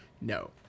No